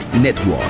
Network